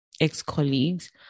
ex-colleagues